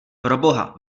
proboha